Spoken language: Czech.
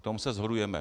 V tom se shodujeme.